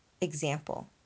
example